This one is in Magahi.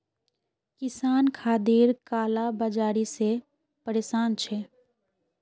किसान खादेर काला बाजारी से परेशान छे